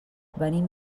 venim